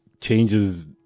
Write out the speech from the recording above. changes